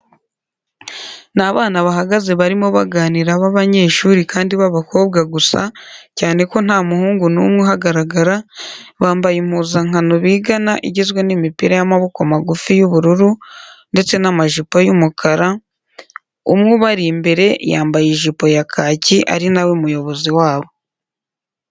Ni abana bahagaze barimo baganira b'abanyeshuri kandi b'abakobwa gusa cyane ko nta muhungu n'umwe uhagaragara, bambaye impuzankano bigana igizwe n'imipira y'amaboko magufi y'ubururu ndetse n'amajipo y'umukara, umwe ubari imbere yambaye ijipo ya kaki ari na we muyobozi wabo.